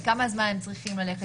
לכמה זמן הם צריכים ללכת,